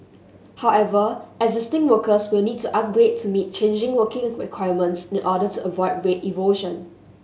however existing workers will need to upgrade to meet changing working requirements in order to avoid rate erosion